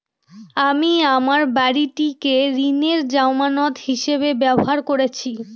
আমি আমার বাড়িটিকে ঋণের জামানত হিসাবে ব্যবহার করেছি